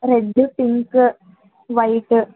red pink white